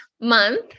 month